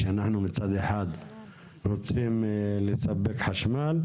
שאנחנו מצד אחד רוצים לספק חשמל,